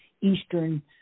Eastern